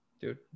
dude